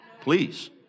Please